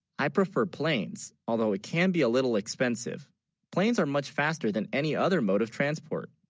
i prefer planes although it can be a little expensive planes are much faster than, any other mode of transport